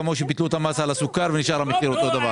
כמו שביטלו את המס על הסוכר והמחיר נשאר אותו מחיר.